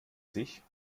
sich